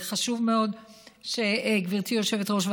וחשוב מאוד שגברתי יושבת-ראש,